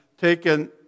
taken